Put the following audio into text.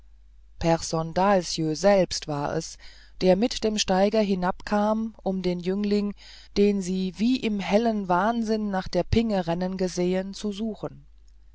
pehrson dahlsjö selbst war es der mit dem steiger hinabkam um den jüngling den sie wie im hellen wahnsinn nach der pinge rennen gesehen zu suchen